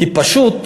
כי פשוט,